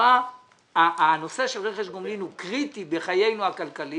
בה הנושא של רכש גומלין הוא קריטי בחיינו הכלכליים,